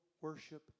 worship